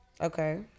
Okay